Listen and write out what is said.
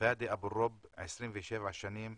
פאדי אבו רוב, בן 27 מחיפה,